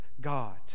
god